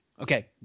okay